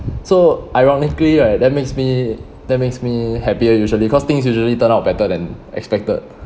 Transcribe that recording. so ironically right that makes me that makes me happier usually cause things usually turn out better than expected